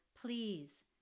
please